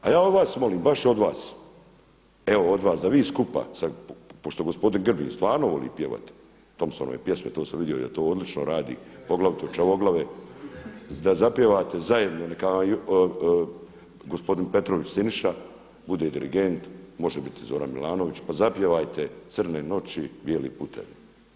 A ja od vas molim, baš od vas evo od vas da vi skupa sa pošto gospodin Grbin stvarno voli pjevati Thompsonove pjesme to sam vidio da on to odlično radi, poglavito Čavoglave da zapjevate zajedno neka vam gospodin Petrović Siniša bude dirigent, može biti i Zoran Milanović, pa zapjevajte Crne noći, bijeli putevi.